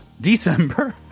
December